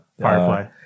Firefly